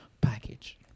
package